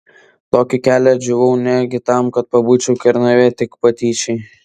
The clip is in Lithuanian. tokį kelią džiūvau negi tam kad pabūčiau kernavėje tik patyčiai